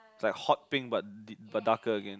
like hot pink but darker again